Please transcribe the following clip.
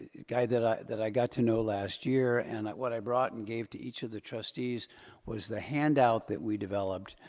guy that i that i got to know last year. and what i brought and gave to each of the trustees was the handout that we developed.